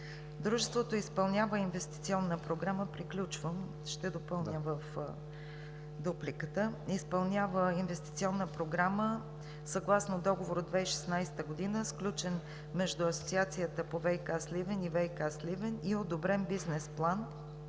Дружеството изпълнява инвестиционна програма съгласно договор от 2016 г., сключен между Асоциацията по ВиК – Сливен, и „ВиК – Сливен“ и одобрен бизнес план